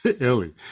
Ellie